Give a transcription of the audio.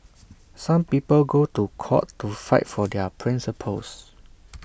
some people go to court to fight for their principles